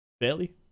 fairly